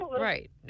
right